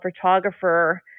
photographer